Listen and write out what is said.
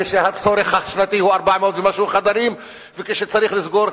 כשהצורך השנתי הוא 400 ומשהו חדרים וכשצריך לסגור,